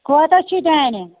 کوتاہ چھُے دانہِ